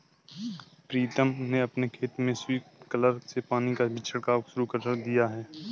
प्रीतम ने अपने खेत में स्प्रिंकलर से पानी का छिड़काव शुरू कर दिया है